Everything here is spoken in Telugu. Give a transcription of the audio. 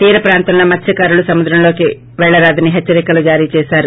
తీరప్రాంతంలో మత్సతాకారులు సముద్రంలోకి పెళ్ళరాదని హెచ్చరికలు జారీ చేశారు